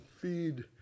Feed